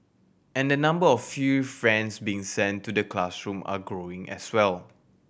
and the number of furry friends being sent to the classroom are growing as well